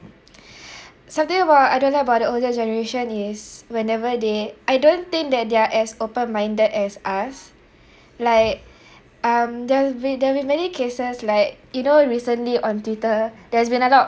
something about I don't like about the older generation is whenever they I don't think that they're as open minded as us like um there'll be there'll be many cases like you know recently on twitter there's been a lot